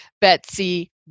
Betsy